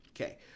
Okay